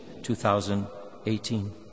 2018